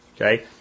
Okay